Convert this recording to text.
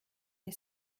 est